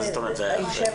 מה זאת אומרת זה היה אחרי?